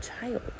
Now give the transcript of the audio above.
child